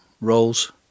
roles